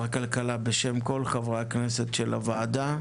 הכלכלה בשם כל חברי הכנסת של הוועדה,